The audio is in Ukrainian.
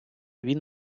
він